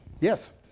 Yes